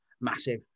massive